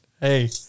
Hey